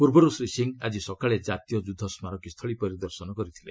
ପୂର୍ବରୁ ଶ୍ରୀ ସିଂହ ଆଜି ସକାଳେ ଜାତୀୟ ଯୁଦ୍ଧସ୍କାରକୀ ସ୍ଥଳୀ ପରିଦର୍ଶନ କରିଥିଲେ